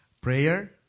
prayer